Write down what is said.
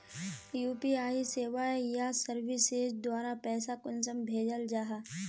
UPI सेवाएँ या services द्वारा पैसा कुंसम भेजाल जाहा?